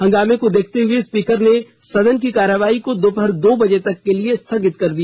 हंगामे को देखते हए स्पीकर ने सदन की कार्यवाही को दोपहर दो बजे तक के लिए स्थगित कर दिया